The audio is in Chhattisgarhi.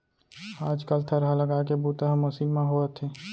आज कल थरहा लगाए के बूता ह मसीन म होवथे